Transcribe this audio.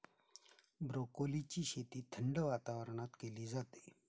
ब्रोकोलीची शेती थंड वातावरणात केली जाते